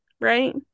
right